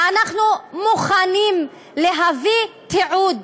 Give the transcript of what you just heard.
ואנחנו מוכנים להביא תיעוד.